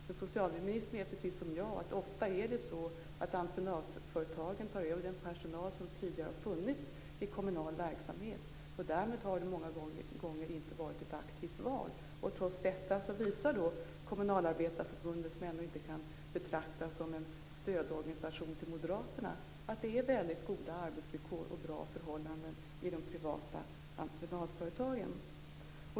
Men socialministern vet precis som jag att entreprenadföretagen ofta tar över den personal som tidigare har funnits i kommunal verksamhet, och därmed har det många gånger inte varit ett aktivt val. Trots detta visar Kommunalarbetareförbundet, som ändå inte kan betraktas som en stödorganisation till Moderaterna, att det är väldigt goda arbetsvillkor och bra förhållanden inom de privata entreprenadföretagen.